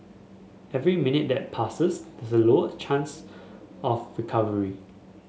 every minute that passes this a lower chance of recovery